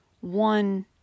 one